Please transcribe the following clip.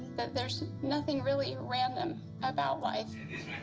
that there's nothing really random about life.